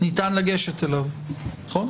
ניתן לגשת אליו, נכון?